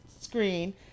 screen